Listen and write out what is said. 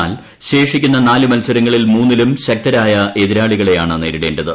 എന്നാൽ ശേഷിക്കുന്ന നാല് മത്സരങ്ങളിൽ മൂന്നിലും ശക്തരായ എതിരാളികളെയാണ് നേരിടേണ്ടത്